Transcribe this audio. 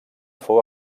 fou